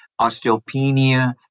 osteopenia